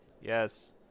yes